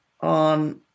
on